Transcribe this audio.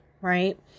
right